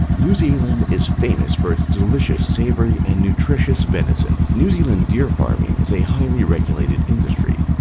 new zealand is famous for its delicious, savory, and nutritious venison. new zealand deer farming is a highly regulated industry,